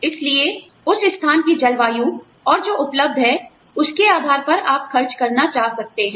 इसलिए उस स्थान की जलवायु और जो उपलब्ध है उसके आधार पर आप खर्च करना चाह सकते हैं